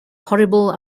horrible